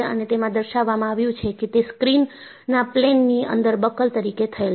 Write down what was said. અને તેમાં દર્શાવવામાં આવ્યું છે કે તે સ્ક્રીનના પ્લેન ની અંદર બકલ તરીકે થયેલ છે